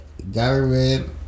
government